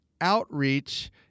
outreach